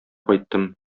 кайттым